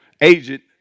agent